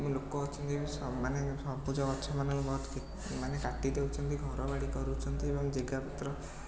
ଲୋକ ଅଛନ୍ତି ବି ସ ମାନେ ସବୁଜ ଗଛମାନେ ବହୁତ ମାନେ କାଟି ଦେଉଛନ୍ତି ଘରବାଡ଼ି କରୁଛନ୍ତି ଏବଂ ଜାଗାପତ୍ର